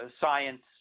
science